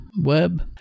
Web